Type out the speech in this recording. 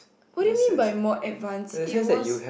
what do you mean by more advance it was